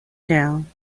down